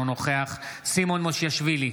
אינו נוכח סימון מושיאשוילי,